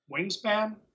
wingspan